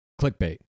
clickbait